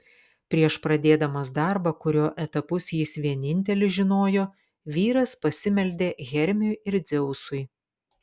prieš pradėdamas darbą kurio etapus jis vienintelis žinojo vyras pasimeldė hermiui ir dzeusui